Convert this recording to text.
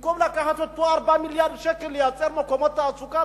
במקום לקחת את כל 4 מיליארדי השקלים ולייצר מקומות תעסוקה,